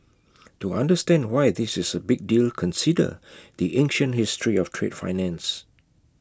to understand why this is A big deal consider the ancient history of trade finance